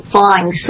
Flying